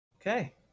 Okay